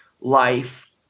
life